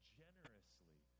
generously